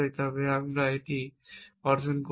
তবে আমি এটি অর্জন করব